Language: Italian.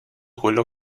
quello